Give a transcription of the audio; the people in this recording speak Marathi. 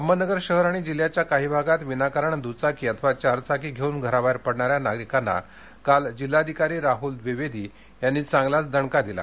अहमदनगर शहर आणि जिल्ह्याच्या काही भागात विनाकारण दुचाकी अथवा चारचाकी घेऊन घराबाहेर पडणाऱ्या नागरिकांना काल जिल्हाधिकारी राहुल व्विवेदी यांनी चांगलाच दणका दिला